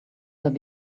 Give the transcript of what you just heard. there